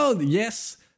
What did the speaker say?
yes